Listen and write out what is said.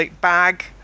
bag